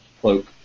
Cloak